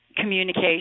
communication